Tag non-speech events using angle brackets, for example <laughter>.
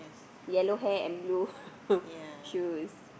yellow hair and blue <laughs> shoes